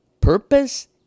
purpose